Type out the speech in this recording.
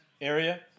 area